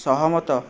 ସହମତ